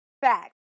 fact